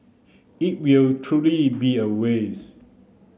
it will truly be a waste